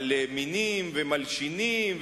על מינים ומלשינים,